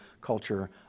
culture